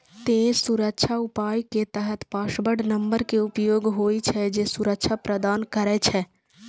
तें सुरक्षा उपाय के तहत पासवर्ड नंबर के उपयोग होइ छै, जे सुरक्षा प्रदान करै छै